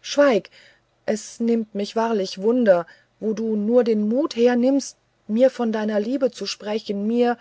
schweig es nimmt mich wahrlich wunder wo du nur den mut hernimmst mir von deiner liebe zu sprechen mir